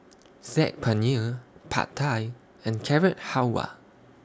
Saag Paneer Pad Thai and Carrot Halwa